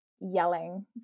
yelling